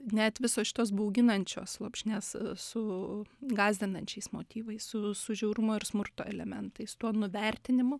net visos šitos bauginančios lopšinės su gąsdinančiais motyvais su su žiaurumo ir smurto elementais tuo nuvertinimu